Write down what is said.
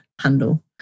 handle